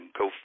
go